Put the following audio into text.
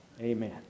Amen